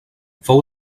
fou